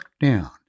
down